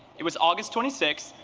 it was august twenty six,